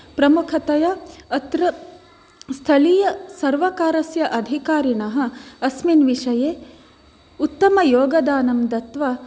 प्रमुखतया अत्र स्थलीय सर्वकारस्य अधिकारिणः अस्मिन् विषये उत्तमयोगदानं दत्वा